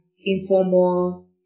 informal